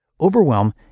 Overwhelm